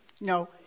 no